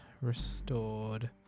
restored